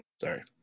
sorry